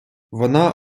вона